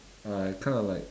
I kind of like